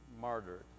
martyred